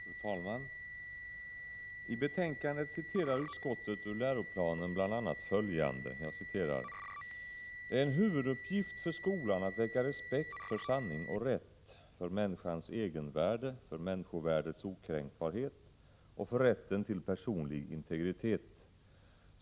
Fru talman! I betänkandet hänvisar utskottet till läroplanen och refererar bl.a. följande: ”Det är en huvuduppgift för skolan att väcka respekt för sanning och rätt, för människans egenvärde, för människovärdets okränkbarhet och för rätten till personlig integritet.